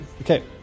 Okay